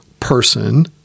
person